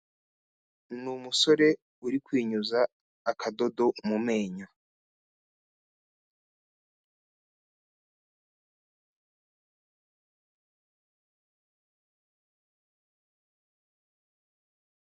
Ni umusore uri kwinyuza akadodo mu menyo.